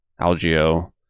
Algio